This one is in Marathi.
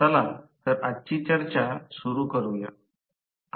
चला तर आजची चर्चा सुरू करूया